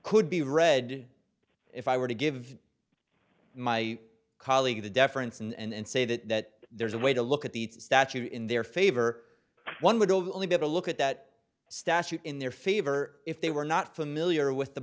could be read if i were to give my colleague the deference and say that there's a way to look at the statute in their favor one would only have a look at that statute in their favor if they were not familiar with the